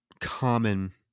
common